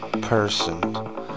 person